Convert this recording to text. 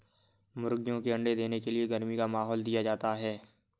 मुर्गियों के अंडे देने के लिए गर्मी का माहौल दिया जाता है